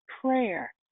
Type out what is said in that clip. prayer